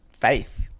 faith